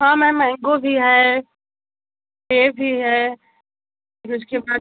हाँ ma'am mango भी है सेब भी है उसके बाद